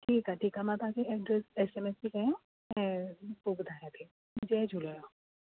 ठीकु आहे ठीकु आहे मां तव्हांखे एड्रेस एस एम एस थी कया ऐं पोइ ॿुधायां थी जय झूलेलाल